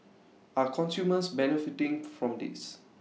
are consumers benefiting from this